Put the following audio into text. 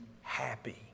happy